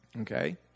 Okay